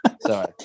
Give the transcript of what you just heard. Sorry